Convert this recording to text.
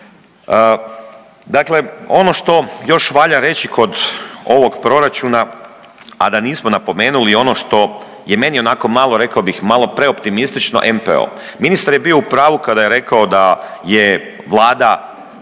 Dakle, ono što još valja reći kod ovog proračuna, a da nismo napomenuli ono što je meni onako malo rekao bih malo preoptimistično NPO. Ministar je bio u pravu kada je rekao da je vlada